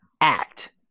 act